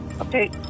Okay